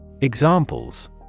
Examples